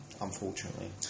unfortunately